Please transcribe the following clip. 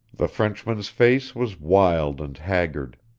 the frenchman's face was wild and haggard.